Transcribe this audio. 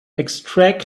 extract